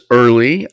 early